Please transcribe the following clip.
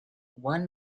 one